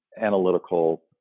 analytical